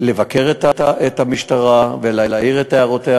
לבקר את המשטרה ולהעיר את הערותיה,